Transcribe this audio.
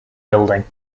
building